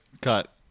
Cut